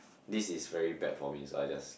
this is very bad for me so I just